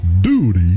duty